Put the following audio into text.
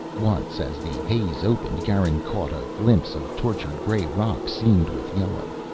once, as the haze opened, garin caught a glimpse of tortured gray rock seamed with yellow.